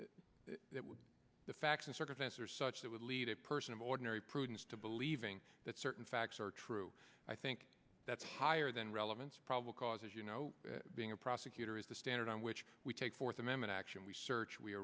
circumstances that would the facts and circumstances are such that would lead a person of ordinary prudence to believing that certain facts are true i think that's higher than relevance probable cause as you know being a prosecutor is the standard on which we take fourth amendment action we search we